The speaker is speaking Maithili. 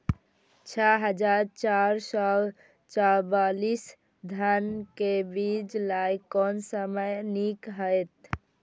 छः हजार चार सौ चव्वालीस धान के बीज लय कोन समय निक हायत?